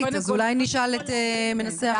הממשלתית, אז אולי נשאל את מנסח החוק, בבקשה.